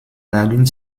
lagune